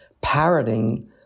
parroting